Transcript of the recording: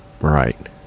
Right